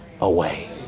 away